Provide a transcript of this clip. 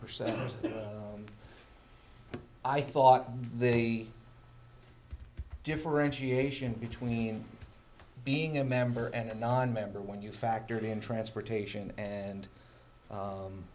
percent i thought the differentiation between being a member and nonmember when you factor in transportation and